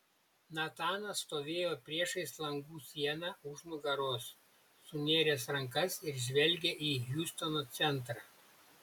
natanas stovėjo priešais langų sieną už nugaros sunėręs rankas ir žvelgė į hjustono centrą